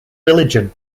religion